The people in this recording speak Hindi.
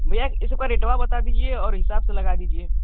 भैया इन सब का रेटवा बता दीजिये और हिसाब से लगा दीजिये